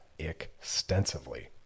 extensively